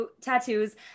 tattoos